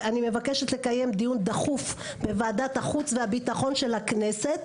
אני מבקשת לקיים דיון דחוף בוועדת החוץ והביטחון של הכנסת,